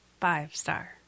Five-star